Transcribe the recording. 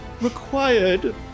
required